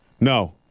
No